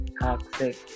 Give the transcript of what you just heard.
toxic